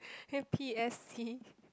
can you p_s_c